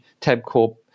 Tabcorp